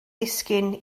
ddisgyn